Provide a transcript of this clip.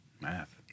math